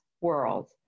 world